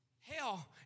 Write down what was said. Hell